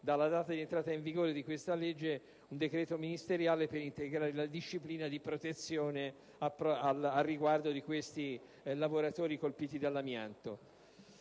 dalla data di entrata in vigore di questa legge, un decreto ministeriale al fine di integrare la disciplina di protezione riguardo a questi lavoratori colpiti dagli